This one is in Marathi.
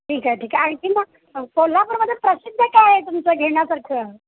ठीक आहे ठीक आहे आणखी मग कोल्हापूरमध्ये प्रसिद्ध काय आहे तुमचं घेण्यासारखं